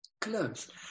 Close